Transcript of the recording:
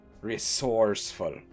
resourceful